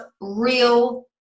real